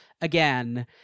again